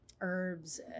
herbs